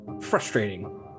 frustrating